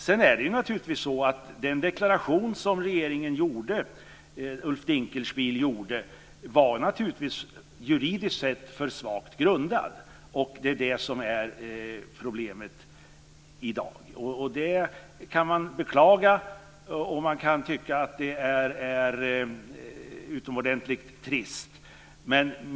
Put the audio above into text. Sedan var naturligtvis den deklaration som Ulf Dinkelspiel gjorde juridiskt sett för svagt grundad. Det är det som är problemet i dag. Det kan man beklaga, och man kan tycka att det är utomordentligt trist.